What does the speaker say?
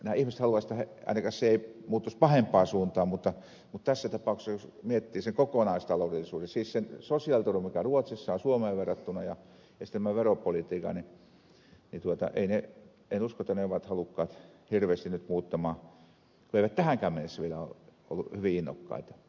ainakaan se tilanne ei muuttuisi pahempaan suuntaan mutta tässä tapauksessa jos miettii sen kokonaistaloudellisuuden siis sen sosiaaliturvan mikä ruotsissa on suomeen verrattuna ja sitten tämän veropolitiikan kannalta niin en usko että he ovat halukkaita hirveästi nyt muuttamaan kun eivät tähänkään mennessä vielä ole olleet hyvin innokkaita